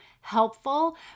helpful